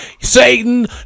Satan